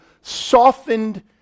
softened